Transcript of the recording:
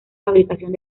fabricación